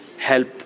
help